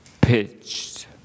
pitched